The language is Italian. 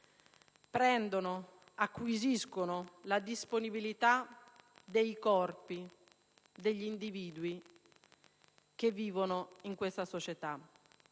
Stato - acquisire la disponibilità dei corpi degli individui che vivono in questa società.